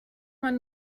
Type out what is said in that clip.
man